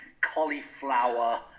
cauliflower